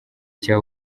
cya